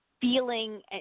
feeling